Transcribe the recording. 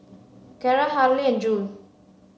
Carra Harlie and Jule